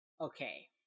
okay